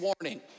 warning